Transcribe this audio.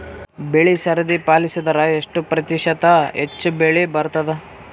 ಬೆಳಿ ಸರದಿ ಪಾಲಸಿದರ ಎಷ್ಟ ಪ್ರತಿಶತ ಹೆಚ್ಚ ಬೆಳಿ ಬರತದ?